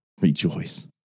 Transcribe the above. rejoice